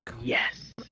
Yes